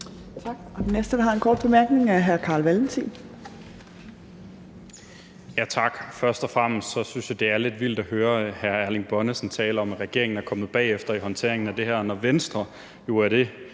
er der en kort bemærkning fra hr. Carl Valentin.